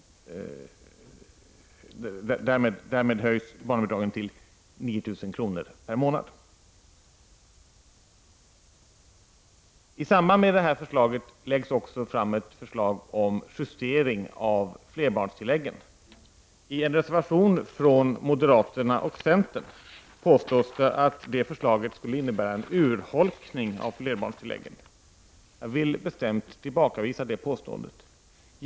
Därmed höjs barnbidraget till 750 kr. per månad. I samband med detta förslag läggs det också fram ett förslag om justering av flerbarnstillägget. I en reservation från moderater och centerpartister påstås att det förslaget skulle innebära en urholkning av flerbarnstillägget. Jag vill bestämt tillbakavisa det påståendet.